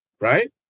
Right